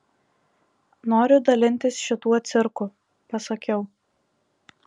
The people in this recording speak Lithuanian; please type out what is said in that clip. noriu dalintis šituo cirku pasakiau